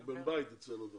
הוא בן בית אצלנו.